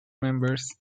members